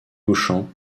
couchant